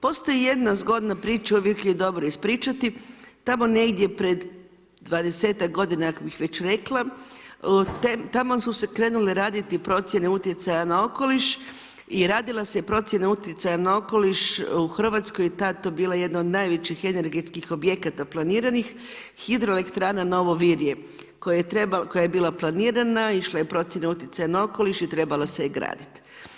Postoji jedna zgodna priča, uvijek ju je dobro ispričati, tamo negdje pred 20-ak godina, ja bih već rekla, taman su se krenule raditi procjene utjecaja na okoliš i radila se procjena utjecaja na okoliš u RH, tada je to bila jedan od najvećih energetskih objekata planiranih Hidroelektrana Novo Virje, koja je bila planirana, išla je procjena utjecaja na okoliš i trebalo se je graditi.